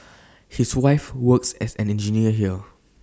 his wife works as an engineer here